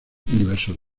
diversos